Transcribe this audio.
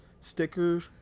stickers